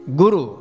guru